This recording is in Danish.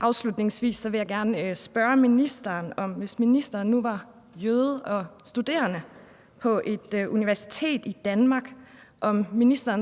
Afslutningsvis vil jeg gerne spørge ministeren, om ministeren, hvis ministeren nu var jøde og studerende på et universitet i Danmark,